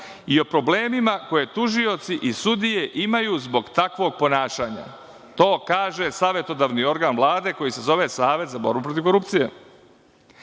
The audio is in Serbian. i o problemima koje tužioci i sudije imaju zbog takvog ponašanja. To kaže savetodavni organ Vlade koji se zove Savet za borbu protiv korupcije.